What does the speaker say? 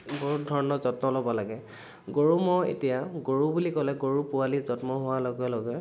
বহুত ধৰণৰ যত্ন ল'ব লাগে গৰু ম'হ এতিয়া গৰু বুলি ক'লে গৰু পোৱালি জন্ম হোৱা লগে লগে